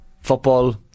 football